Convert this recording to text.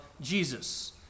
Jesus